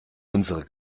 unsere